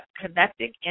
connecting